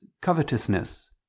covetousness